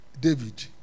David